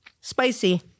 Spicy